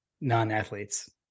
non-athletes